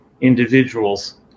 individuals